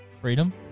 Freedom